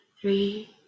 three